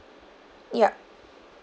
ya